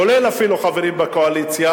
כולל אפילו חברים בקואליציה,